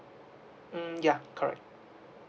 mm ya correct